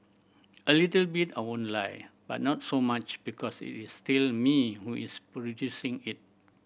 a little bit I won't lie but not so much because it is still me who is producing it